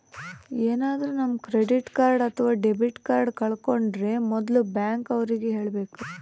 ಏನಾದ್ರೂ ನಮ್ credit card ಅಥವಾ ಡೆಬಿಟ್ ಕಾರ್ಡ್ ಕಳ್ಕೊಂಡ್ರೆ ಮೊದ್ಲು ಬ್ಯಾಂಕ್ ಅವ್ರಿಗೆ ಹೇಳ್ಬೇಕು